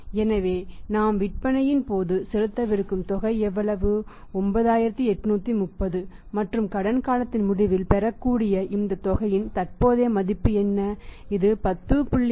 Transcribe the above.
எனவே நாம் விற்பனையின் போது செலுத்தவிருக்கும் தொகை எவ்வளவு 9830 மற்றும் கடன் காலத்தின் முடிவில் பெறக்கூடிய இந்த தொகையின் தற்போதைய மதிப்பு என்ன இது 10